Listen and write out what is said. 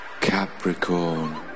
Capricorn